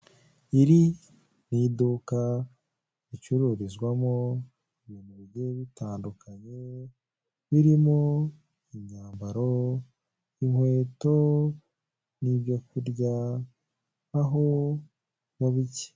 Iri ni iduka ricururizwamo ibintu bigiye bitandukanye birimo imyambaro inkweto n'ibyokurya aho na bike.